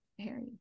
Harry